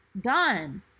Done